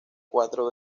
cuatro